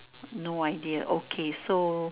no idea okay so